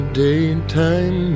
daytime